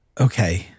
Okay